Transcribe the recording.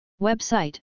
Website